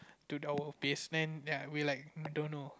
to our base then we were like we don't know